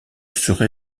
serai